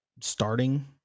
starting